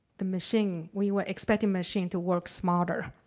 the machine, we were expecting machine to work smarter.